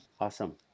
Awesome